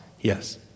Yes